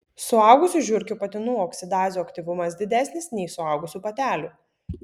suaugusių žiurkių patinų oksidazių aktyvumas didesnis nei suaugusių patelių